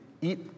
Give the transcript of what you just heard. eat